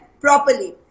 properly